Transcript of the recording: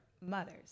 mothers